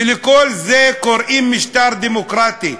ולכל זה קוראים משטר דמוקרטי.